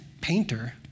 painter